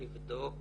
לבדוק